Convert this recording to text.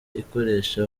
ikoresha